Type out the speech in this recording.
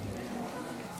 לקריאה שנייה ולקריאה שלישית,